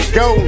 go